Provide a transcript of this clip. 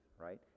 right